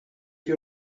you